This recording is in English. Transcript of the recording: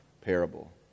parable